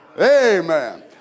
Amen